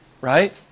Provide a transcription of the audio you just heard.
right